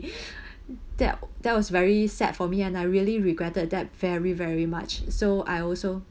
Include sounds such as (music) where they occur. (breath) that that was very sad for me and I really regretted that very very much so I also